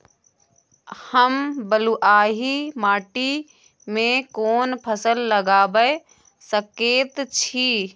हम बलुआही माटी में कोन फसल लगाबै सकेत छी?